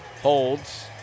Holds